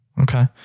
Okay